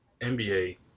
NBA